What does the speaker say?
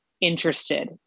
interested